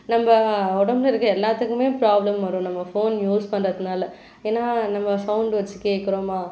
நம்ம உடம்புல இருக்க எல்லாத்துக்குமே ப்ராப்ளம் வரும் நம்ம ஃபோன் யூஸ் பண்ணுறதுனால ஏன்னா நம்ம சௌண்டு வச்சு கேட்குறோமா